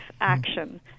action